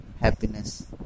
Happiness